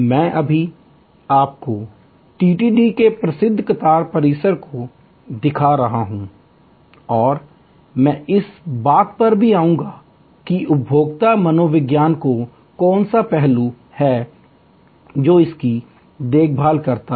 मैं अभी आपको TTD के प्रसिद्ध कतार परिसर को दिखा रहा हूँ और मैं बस इस बात पर आऊँगा कि उपभोक्ता मनोविज्ञान का कौन सा पहलू है जो इसकी देखभाल करता है